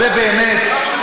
זה באמת,